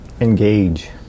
Engage